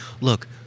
Look